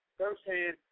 firsthand